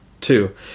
Two